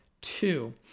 two